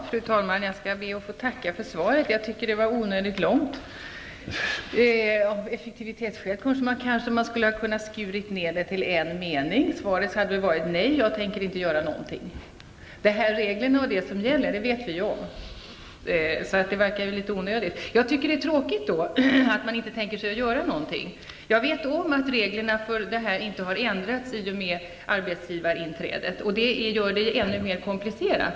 Fru talman! Jag skall be att få tacka för svaret. Jag tycker det var onödigt långt. Av effektivitetsskäl skulle det kanske ha kunnat skurits ned till en mening. Svaret hade kunnat vara: Nej, jag tänker inte göra någonting. De regler som gäller vet vi ju om, så svaret verkar litet onödigt. Jag tycker det är tråkigt att regeringen inte tänker göra någonting. Jag vet om att reglerna inte har ändrats i och med införandet av arbetsgivarinträdet, och det gör det ännu mer komplicerat.